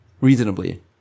reasonably